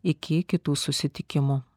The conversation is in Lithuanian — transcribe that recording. iki kitų susitikimų